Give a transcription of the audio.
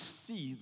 see